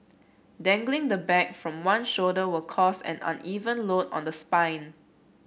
dangling the bag from one shoulder will cause an uneven load on the spine